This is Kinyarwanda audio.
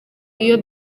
iyo